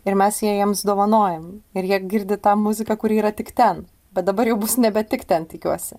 ir mes ją jiems dovanojam ir jie girdi tą muziką kuri yra tik ten bet dabar jau bus nebe tik ten tikiuosi